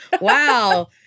Wow